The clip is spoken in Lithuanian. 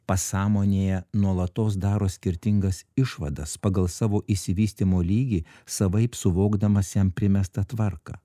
pasąmonėje nuolatos daro skirtingas išvadas pagal savo išsivystymo lygį savaip suvokdamas jam primestą tvarką